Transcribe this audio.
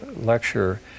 lecture